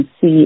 see